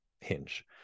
Hinge